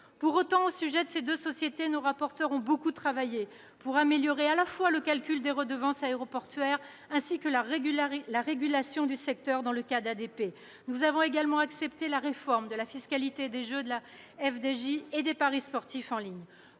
Pour autant, au sujet de ces deux sociétés, nos rapporteurs ont beaucoup travaillé pour améliorer, dans le cas d'ADP, le calcul des redevances aéroportuaires, ainsi que la régulation du secteur, et nous avons accepté la réforme de la fiscalité des jeux de la FDJ et des paris sportifs en ligne.